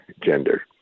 gender